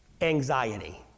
anxiety